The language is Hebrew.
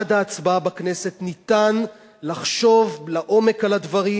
עד ההצבעה בכנסת ניתן לחשוב לעומק על הדברים